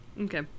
okay